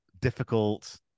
difficult